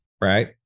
right